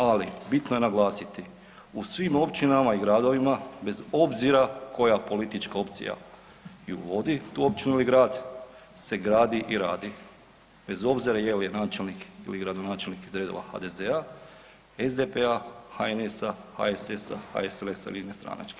Ali bitno je naglasiti u svim općinama i gradovima bez obzira koja politička opcija ju vodi tu općinu i grad se gradi i radi, bez obzira jel joj je načelnik ili gradonačelnik iz redova HDZ-a, SDP-a, HNS-a, HSS-a, HSLS-a ili nestranački.